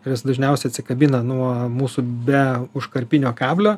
nes dažniausiai atsikabina nuo mūsų beuškarpinio kablio